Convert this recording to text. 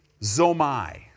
zomai